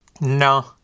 No